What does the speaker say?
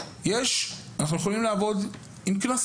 יש עוד מה לעשות.